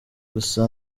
gusa